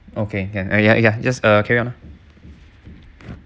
okay can ya ya just uh carry on